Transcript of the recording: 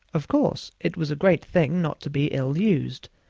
of course, it was a great thing not to be ill-used,